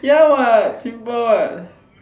ya what simple what